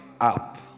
up